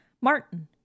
Martin